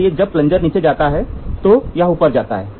इसलिए जब प्लंजर नीचे जाता है तो यह ऊपर जाता है